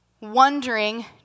wondering